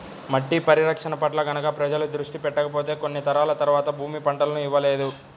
మట్టి పరిరక్షణ పట్ల గనక ప్రజలు దృష్టి పెట్టకపోతే కొన్ని తరాల తర్వాత భూమి పంటలను ఇవ్వలేదు